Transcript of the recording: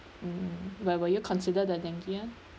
mm well will you consider the dengue [one]